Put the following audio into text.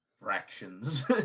fractions